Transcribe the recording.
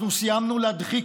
אנחנו סיימנו להדחיק.